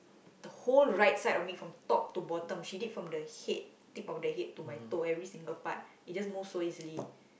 the whole right side of me from top to bottom she did from the head tip of the head to my toe every single part it just moves so easily